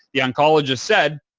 the oncologist said,